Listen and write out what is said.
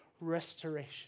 restoration